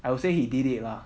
I would say he did it lah